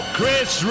Chris